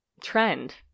trend